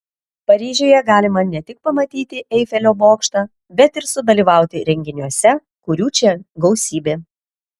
paryžiuje galima ne tik pamatyti eifelio bokštą bet ir sudalyvauti renginiuose kurių čia gausybė